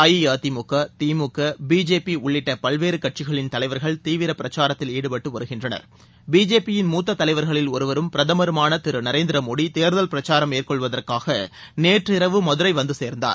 அடுஅதிமுக DMK BJP உள்ளிட்ட பல்வேறு கட்சிகளின் தலைவர்கள் தீவிர பிரச்சாரத்தில் ஈடுபட்டு வருகின்றனர் பிஜேபியின் மூத்த தலைவர்களில் ஒருவரும் பிரதமருமான திரு நரேந்திர மோடி தேர்தல் பிரச்சாரம் மேற்கொள்வதற்காக நேற்றிரவு மதுரை வந்து சேர்ந்தார்